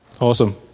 Awesome